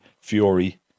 Fury